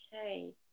okay